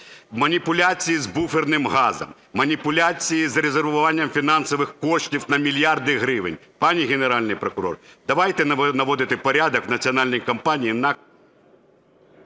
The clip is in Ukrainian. маніпуляції з буферним газом, маніпуляції з резервуванням фінансових коштів на мільярди гривень. Пані Генеральний прокурор, давайте наводити порядок в національній компанії НАК…